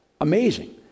amazing